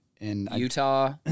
Utah